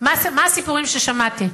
מה הסיפורים ששמעתי?